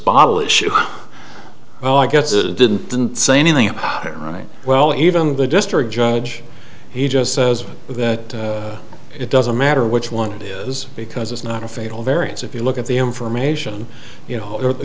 bottle issue well i guess it didn't didn't say anything right well even the district judge he just says that it doesn't matter which one it is because it's not a fatal variance if you look at the information you know jim you've got the